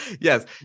Yes